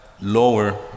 lower